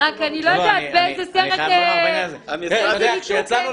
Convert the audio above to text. רק אני לא יודעת באיזה סרט --- אני רק חייב לומר